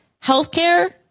healthcare